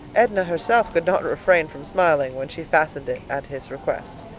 edna herself could not refrain from smiling when she fastened it at his request.